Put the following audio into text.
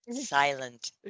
silent